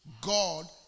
God